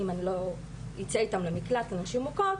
אם אני לא ייצא איתם למקלט לנשים מוכות,